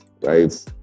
right